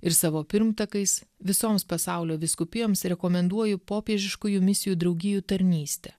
ir savo pirmtakais visoms pasaulio vyskupijoms rekomenduoju popiežiškųjų misijų draugijų tarnystę